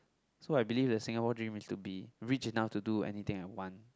so I believe the Singapore dream to be rich enough to do anything I want